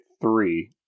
three